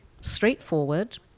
straightforward